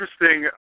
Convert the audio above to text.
interesting